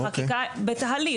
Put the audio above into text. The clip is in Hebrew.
בתהליך.